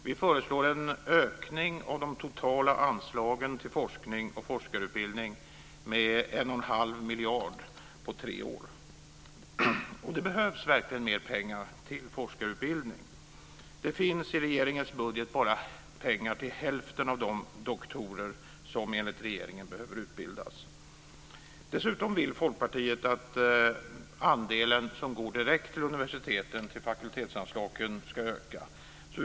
Vi föreslår en ökning av de totala anslagen till forskning och forskarutbildning med 1 1⁄2 miljarder på tre år. Det behövs verkligen mer pengar till forskarutbildning. Det finns i regeringens budget bara pengar till hälften av de doktorer som enligt regeringen behöver utbildas. Dessutom vill Folkpartiet att andelen som går direkt till fakultetsanslagen ska öka.